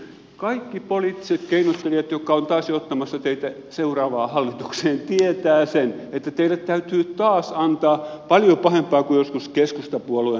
me jokainen tiedämme kaikki poliittiset keinottelijat jotka ovat taas ottamassa teitä seuraavaan hallitukseen tietävät sen että teille täytyy taas antaa paljon pahempaa kuin joskus keskustapuolueen iltalypsyssä